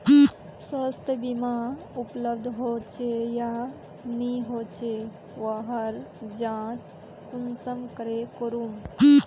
स्वास्थ्य बीमा उपलब्ध होचे या नी होचे वहार जाँच कुंसम करे करूम?